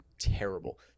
terrible